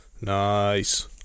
Nice